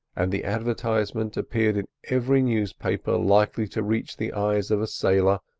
and the advertisement appeared in every newspaper likely to reach the eyes of a sailor,